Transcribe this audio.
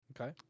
Okay